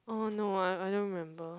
oh no I I don't remember